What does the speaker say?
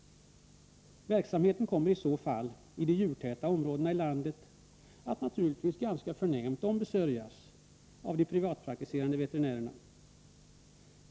Verksamheten kommer i så fall i de djurtäta områdena i landet att, naturligtvis ganska förnämligt, ombesörjas av de privatpraktiserande veterinärerna.